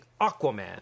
Aquaman